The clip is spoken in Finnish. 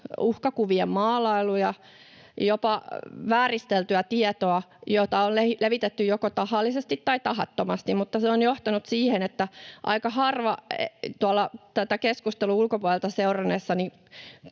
uhkakuvien maalailuja, jopa vääristeltyä tietoa, jota on levitetty joko tahallisesti tai tahattomasti. Se on johtanut siihen, että aika harva tätä keskustelua tuolta ulkopuolelta seuranneista